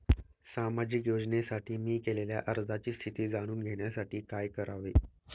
सामाजिक योजनेसाठी मी केलेल्या अर्जाची स्थिती जाणून घेण्यासाठी काय करावे?